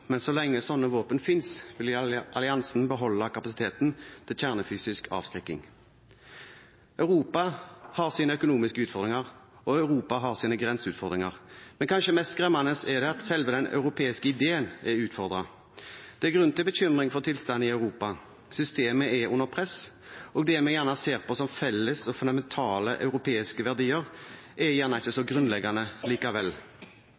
men så lenge slike våpen finnes, vil alliansen beholde kapasiteten til kjernefysisk avskrekking. Europa har sine økonomiske utfordringer, og Europa har sine grenseutfordringer, men kanskje mest skremmende er det at selve den europeiske ideen er utfordret. Det er grunn til bekymring for tilstanden i Europa. Systemet er under press, og det vi gjerne ser på som felles og fundamentale europeiske verdier, er gjerne ikke så grunnleggende likevel.